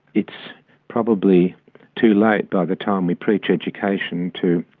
it's probably too late by the time we preach education to